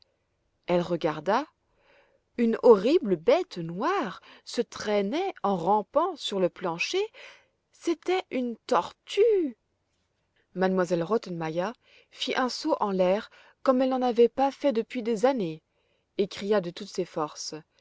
elle regarda une horrible bête noire se traînait en rampant sur le plancher c'était une tortue m elle rottenmeier fit un saut en l'air comme elle n'en avait pas fait depuis des années et cria de toute ses forces